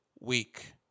week